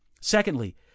secondly